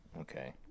Okay